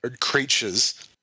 creatures